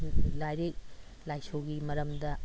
ꯂꯥꯏꯔꯤꯛ ꯂꯥꯏꯁꯨꯒꯤ ꯃꯔꯝꯗ